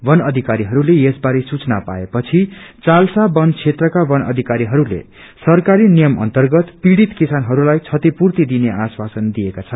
बन अधिकरीहरूले यस बारे सूचना पाए पछि चालसा बन क्षेत्रका वन अधिकारीहरूले सरकारी नियम अर्न्तगत पीड़ित किसानहरूलाई क्षतिपूर्ति दिने आशवसन दिएका छन्